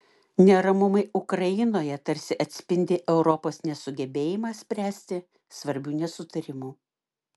neramumai ukrainoje tarsi atspindi europos nesugebėjimą spręsti svarbių nesutarimų